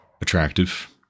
attractive